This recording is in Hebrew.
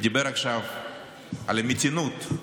דיבר עכשיו על המתינות.